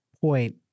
point